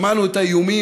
שמענו את האיומים,